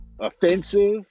offensive